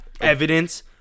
evidence